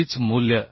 pitch मूल्य